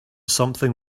something